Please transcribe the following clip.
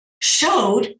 showed